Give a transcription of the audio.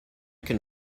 can